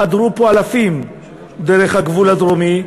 חדרו לפה אלפים דרך הגבול הדרומי,